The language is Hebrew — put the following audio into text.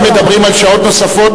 אם מדברים על שעות נוספות,